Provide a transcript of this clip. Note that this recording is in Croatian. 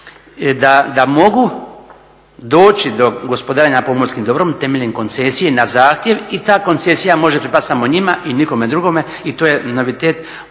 da mogu doći do gospodarenja pomorskim dobrom temeljem koncesije na zahtjev i ta koncesija može pripasti samo njima i nikome drugome i to je novitet